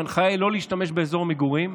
ההנחיה היא לא להשתמש באזור מגורים,